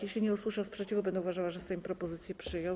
Jeśli nie usłyszę sprzeciwu, będę uważała, że Sejm propozycję przyjął.